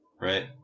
Right